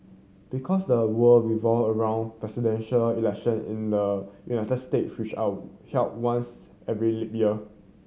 because the world revolve around Presidential Election in the United State which are held once every leap year